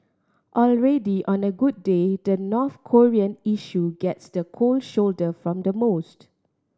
already on a good day the North Korean issue gets the cold shoulder from the most